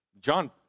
John